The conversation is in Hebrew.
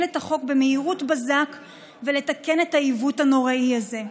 את החוק במהירות בזק ולתקן את העיוות הנוראי הזה.